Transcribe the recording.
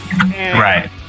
right